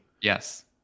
Yes